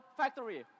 factory